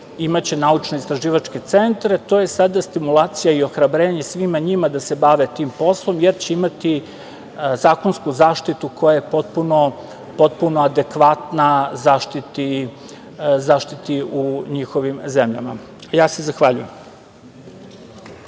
imaće naučno-istraživačke centre. To je sada stimulacija i ohrabrenje svima njima da se bave tim poslom, jer će imati zakonsku zaštitu koja je potpuno adekvatna zaštiti u njihovim zemljama. Ja se zahvaljujem.